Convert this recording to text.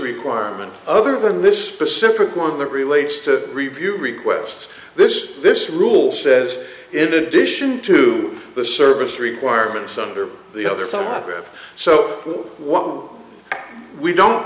requirement other than this specific one that relates to review requests this this rule says in addition to the service requirements under the other telegraph so what we don't